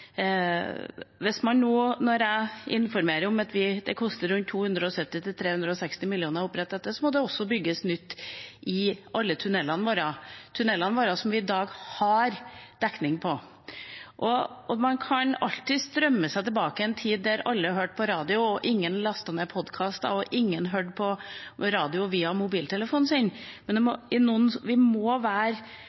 koster rundt 270–360 mill. kr å opprette dette; det må også bygges nytt i alle tunnelene våre – tunneler hvor det i dag er dekning. Man kan alltids drømme seg tilbake til en tid der alle hørte på radio, ingen lastet ned podkaster, og ingen hørte på radio via mobiltelefonen sin, men vi må